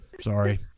Sorry